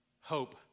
Hope